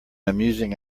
amusing